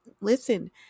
listen